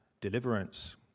deliverance